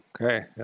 Okay